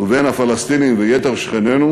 ובין הפלסטינים ויתר שכנינו